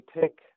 take